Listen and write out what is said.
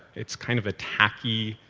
it's kind of a tacky,